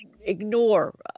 ignore